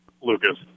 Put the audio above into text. Lucas